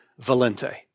valente